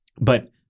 But-